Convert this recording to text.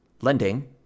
lending